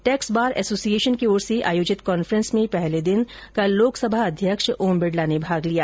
tax bar association की ओर से आयोजित कॉन्फ्रेंस में पहले दिन कल लोकसभा अध्यक्ष ओम बिडला ने भाग लिया